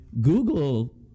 Google